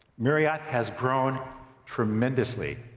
marriott has grown tremendously.